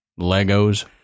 Legos